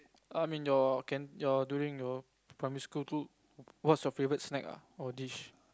I mean your can your during your primary school food what's your favourite snack ah or dish